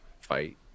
fight